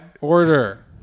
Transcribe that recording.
Order